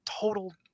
total